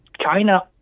China